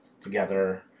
together